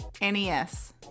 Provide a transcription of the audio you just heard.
NES